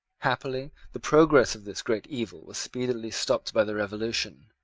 happily the progress of this great evil was speedily stopped by the revolution,